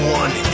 one